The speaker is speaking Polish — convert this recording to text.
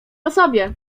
osobie